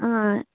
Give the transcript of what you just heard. ಹಾಂ